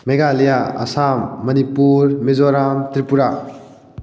Meghalaya Assam Manipur Mizoram Tripura